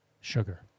sugar